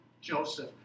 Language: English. Joseph